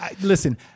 Listen